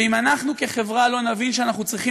ואם אנחנו כחברה לא נבין שאנחנו צריכים